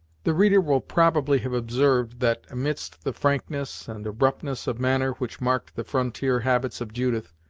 the reader will probably have observed, that, amidst the frankness and abruptness of manner which marked the frontier habits of judith,